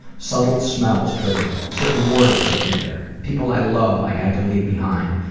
subtle smells trigger it. certain words take me there. people i love, i had to leave behind,